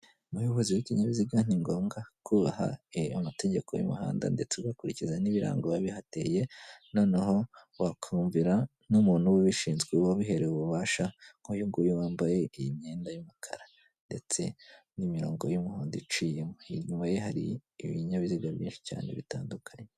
Umuyobozi w'ikinyabiziga ni ngombwa kubaha amategeko y'umuhanda ndetse ugakurikiza n'ibirango biba bihateye noneho wakumvira n'umuntu ubishinzwe wabiherewe ububasha nk'uyu nguyu wambaye imyenda y'umukara ndetse n'imirongo y'umuhondo iciyemo, inyuma ye hari ibinyabiziga byinshi cyane bitandukanye.